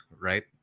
right